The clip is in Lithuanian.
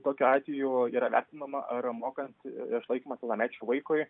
tokiu atveju yra vertinama ar mokant išlaikymą pilnamečiui vaikui